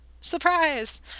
Surprise